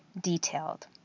detailed